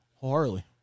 Harley